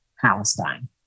Palestine